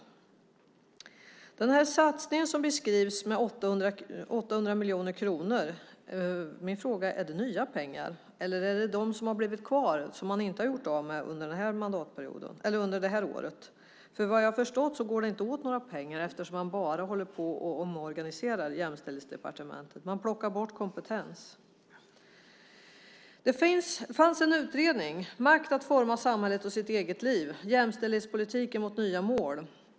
Min fråga är: Handlar det om nya pengar i den satsning med 800 miljoner som beskrivs? Eller är det de som har blivit kvar, som man inte har gjort av med under det här året? Vad jag har förstått går det inte åt några pengar eftersom man bara håller på och omorganiserar Integrations och jämställdhetsdepartementet. Man plockar bort kompetens. Det fanns en utredning, Makt att forma samhället och sitt eget liv - jämställdhetspolitiken mot nya mål .